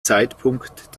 zeitpunkt